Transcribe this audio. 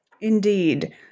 Indeed